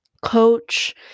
coach